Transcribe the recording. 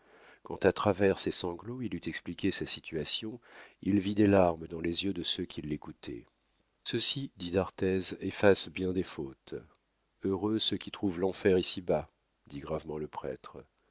quand à travers ses sanglots il eut expliqué sa situation il vit des larmes dans les yeux de ceux qui l'écoutaient ceci dit d'arthez efface bien des fautes heureux ceux qui trouvent l'enfer ici-bas dit gravement le prêtre